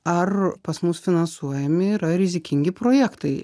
ar pas mus finansuojami yra rizikingi projektai